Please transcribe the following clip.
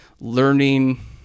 learning